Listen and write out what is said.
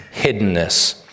hiddenness